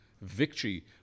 victory